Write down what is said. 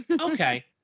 Okay